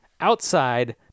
outside